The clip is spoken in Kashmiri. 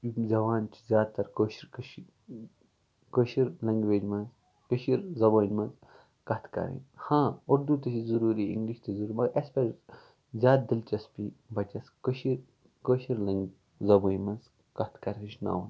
یِم زیٚوان چھِ زیادٕ تر کٲشُر کٲشِر لینگویج منٛز کٔشیٖر زَبانہِ منٛز کَتھ کَرٕنۍ ہاں اُردو تہِ چھُ ضروٗری اِنگلِش تہِ ضروٗری مَگر اَسہِ پَزِ زیادٕ دِلچسپی بَچَس کٔشیٖر کٲشر لینگ زَبٲنۍ منٛز کَتھ کَرٕنۍ ہیٚچھناوُن